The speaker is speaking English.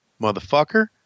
motherfucker